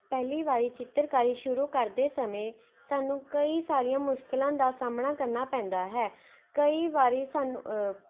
ਪਹਿਲੀ ਵਾਰੀ ਚਿੱਤਰਕਾਰੀ ਸ਼ੁਰੂ ਕਰਦੇ ਸਮੇਂ ਸਾਨੂੰ ਕਈ ਸਾਰੀਆਂ ਮੁਸ਼ਕਲਾਂ ਦਾ ਸਾਹਮਣਾ ਕਰਨਾ ਪੈਂਦਾ ਹੈ ਕਈ ਵਾਰੀ ਸਾਨੂੰ